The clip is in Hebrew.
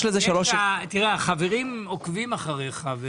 החברים עוקבים אחריך,